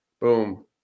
Boom